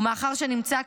ומאחר שנמצא,